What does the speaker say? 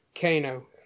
kano